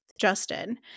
Justin